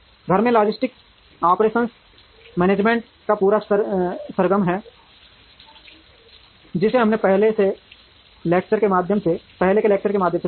घर में logistics operations management का पूरा सरगम है जिसे हमने पहले के लेक्चर्स के माध्यम से देखा है